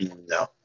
No